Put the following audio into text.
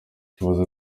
ikibazo